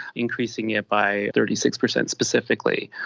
increasing it by thirty six percent specifically.